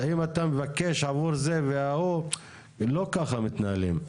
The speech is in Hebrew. אם אתה מבקש עבור זה וההוא, לא ככה מתנהלים.